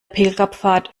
pilgerpfad